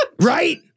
right